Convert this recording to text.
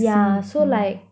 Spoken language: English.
yeah so like